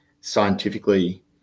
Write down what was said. scientifically